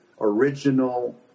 original